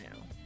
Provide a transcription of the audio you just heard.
now